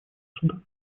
судана